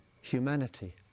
humanity